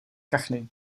kachny